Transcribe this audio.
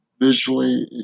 visually